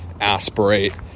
aspirate